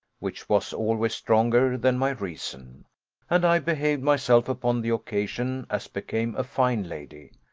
which was always stronger than my reason and i behaved myself upon the occasion as became a fine lady.